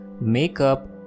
makeup